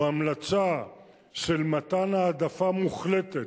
או המלצה של מתן העדפה מוחלטת,